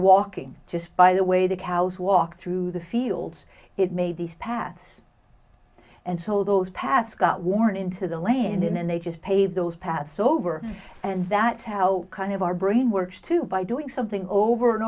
walking just by the way the cows walked through the fields it made these paths and so those paths got worn into the lane and they just pay those paths over and that's how kind of our brain works too by doing something over and